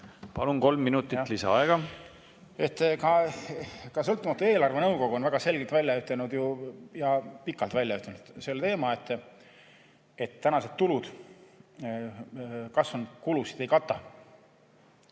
Palun! Kolm minutit lisaaega. Ka sõltumatu eelarvenõukogu on ju väga selgelt välja ütelnud – ja [pikka aega] välja ütelnud – selle teema, et tänased tulud kasvanud kulusid ei kata.